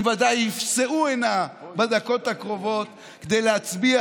הם ודאי יפסעו הנה בדקות הקרובות כדי להצביע